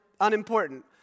unimportant